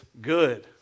good